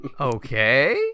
Okay